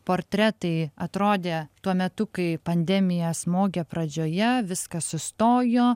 portretai atrodė tuo metu kai pandemija smogė pradžioje viskas sustojo